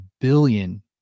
billion